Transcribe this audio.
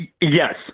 Yes